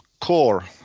core